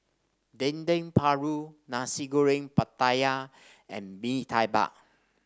Dendeng Paru Nasi Goreng Pattaya and Bee Tai Bak